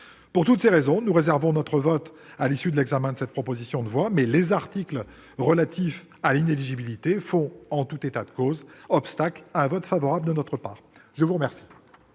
Pour toutes ces raisons, nous réservons notre vote à l'issue de l'examen de cette proposition de loi ; mais les articles relatifs à l'inéligibilité font, en tout état de cause, obstacle à un vote favorable de notre part. La parole